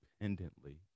independently